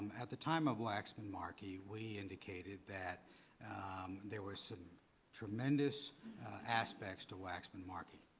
at the time of waxman-markey we indicated that there were some tremendous aspects to waxman-markey,